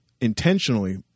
intentionally